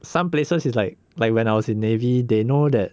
some places is like like when I was in navy they know that